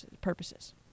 purposes